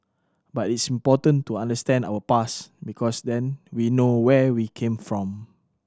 but it's important to understand our past because then we know where we came from